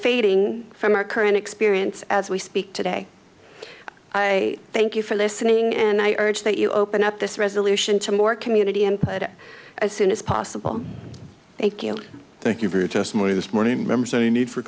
fading from our current experience as we speak today i thank you for listening and i urge that you open up this resolution to more community input as soon as possible thank you thank you for your testimony this morning members so you need for